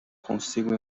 consigo